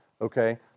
Okay